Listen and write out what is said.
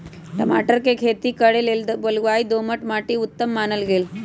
टमाटर कें खेती करे लेल बलुआइ दोमट माटि उत्तम मानल गेल